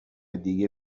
دیگه